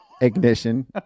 Ignition